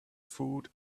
food